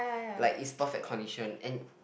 like is perfect condition and